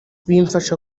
bimfasha